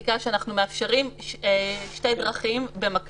אין לנו בחקיקה תקדים שאנחנו מאפשרים שתי דרכים במקביל.